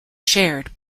shared